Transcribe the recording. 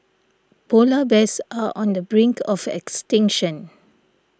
Polar Bears are on the brink of extinction